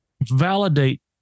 validate